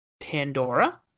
Pandora